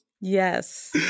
Yes